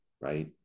right